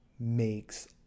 makes